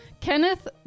kenneth